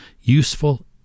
Useful